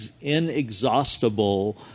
inexhaustible